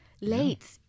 late